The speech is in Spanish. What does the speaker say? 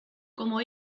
como